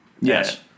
Yes